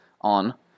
on